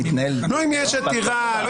לא אם יש עתירה.